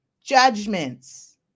Judgments